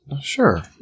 Sure